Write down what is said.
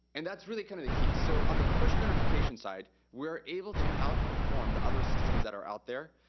and that's really kinda kind of the key. so on the push notification side, we are able to outperform the other systems that are out there.